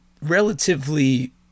relatively